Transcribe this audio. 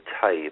type